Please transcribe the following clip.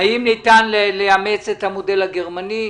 האם ניתן לאמץ את המודל הגרמני.